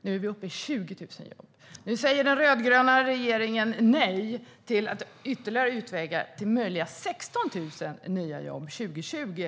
Nu är vi uppe i 20 000 jobb. Den rödgröna regeringen säger nu nej till att ytterligare utvidga detta med 16 000 möjliga nya jobb till 2020.